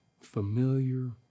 familiar